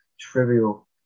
trivial